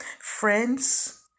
Friends